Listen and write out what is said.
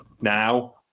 now